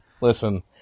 Listen